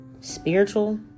spiritual